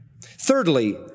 Thirdly